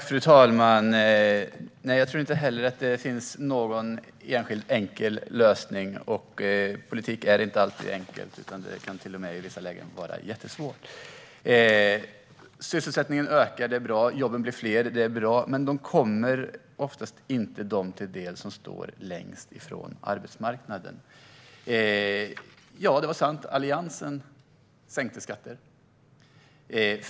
Fru talman! Jag tror inte heller att det finns någon enkel lösning. Politik är inte alltid enkelt, utan det kan till och med i vissa lägen vara jättesvårt. Sysselsättningen ökar, det är bra. Jobben blir fler, det är bra. Men de kommer ofta inte dem till del som står längst ifrån arbetsmarknaden. Ja, det är sant att Alliansen sänkte skatter.